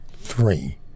Three